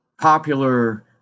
popular